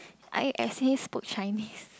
I accidentally spoke Chinese